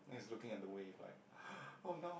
he is looking at the wave like oh no